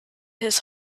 his